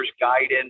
guidance